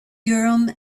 urim